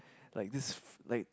like this f~ like